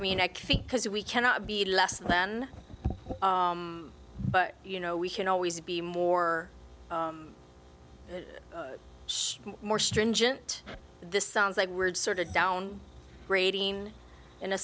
mean i think because we cannot be less than but you know we can always be more more stringent this sounds like weird sort of down grading in a